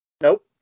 Nope